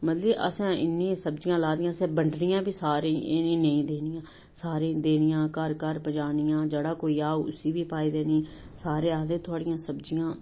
मतलब कि असें इन्नी सब्जियां लाई दियां असें बड्डनियां बी सारें गी एह् नेईं कि नेईं देनियां सारें गी देनियां घर घर पजानियां जेह्ड़ा कोई आओ उसी बी पाई देनी सारे आखदे थुआड़ियां सब्जियां